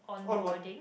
onboarding